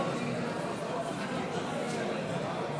בעד,